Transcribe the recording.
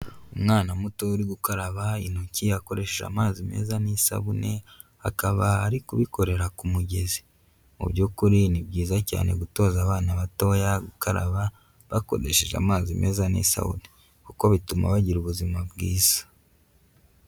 Umwana mutoya uri gukaraba intoki akoresheje amazi meza n'isabune, akaba ari kubikorera ku mugezi, mu by'ukuri ni byiza cyane gutoza abana batoya gukaraba bakoresheje amazi meza n'isabune kuko bituma bagira ubuzima bwiza.